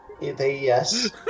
Yes